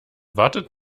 wartet